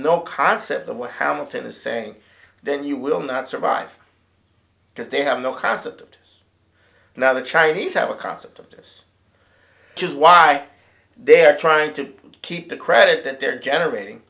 no concept of what hamilton is saying then you will not survive because they have no concept now the chinese have a concept of this just why they're trying to keep the credit that they're generating